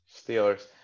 Steelers